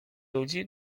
ludzi